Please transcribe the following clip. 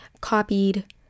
copied